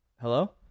Hello